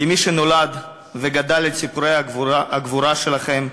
כמי שנולד וגדל על סיפורי הגבורה שלכם,